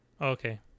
okay